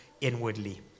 inwardly